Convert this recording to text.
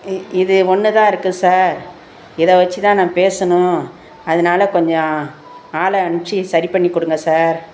இ இது ஒன்று தான் இருக்குது சார் இதை வெச்சு தான் நான் பேசணும் அதனால் கொஞ்சம் ஆளை அனுப்ச்சு சரி பண்ணிக் கொடுங்க சார்